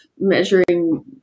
measuring